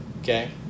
okay